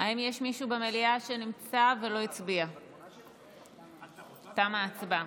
תמה ההצבעה.